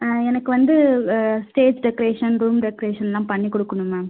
எனக்கு வந்து வ ஸ்டேஜ் டெக்கரேஷன் ரூம் டெக்கரேஷன்லாம் பண்ணிக் கொடுக்கணும் மேம்